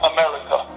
America